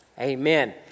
amen